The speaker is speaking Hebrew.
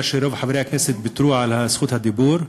שרוב חברי הכנסת ויתרו על זכות הדיבור,